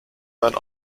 dann